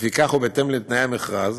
לפיכך, ובהתאם לתנאי המכרז,